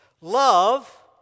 Love